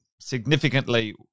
significantly